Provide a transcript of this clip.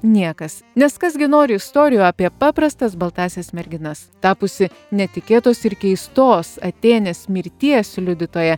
niekas nes kas gi nori istorijų apie paprastas baltąsias merginas tapusi netikėtos ir keistos atėnės mirties liudytoja